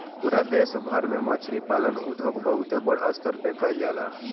पूरा देश भर में मछरी पालन उद्योग बहुते बड़ स्तर पे कईल जाला